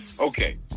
Okay